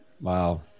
Wow